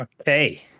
okay